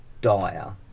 dire